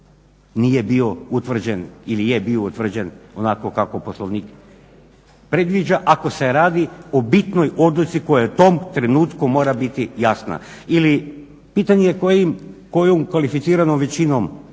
nije bio utvrđen, ili je bio utvrđen onako kako Poslovnik predviđa ako se radi o bitnoj odluci koja u tom trenutku mora biti jasna. Ili pitanje kojim, kojom kvalificiranom većinom,